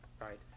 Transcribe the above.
right